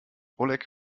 oleg